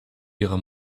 ihrer